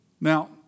Now